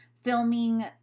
filming